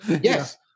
yes